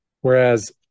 Whereas